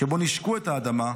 שבו נישקו את האדמה,